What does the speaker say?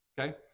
okay